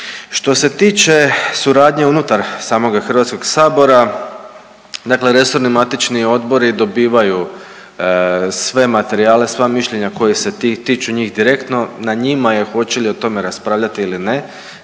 Što se tiče suradnje unutar samoga Hrvatskog sabora, dakle resorni matični odbori dobivaju sve materijale, sva mišljenja koja se tiču njih direktno. Na njima je hoće li o tome raspravljati ili ne.